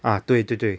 ah 对对对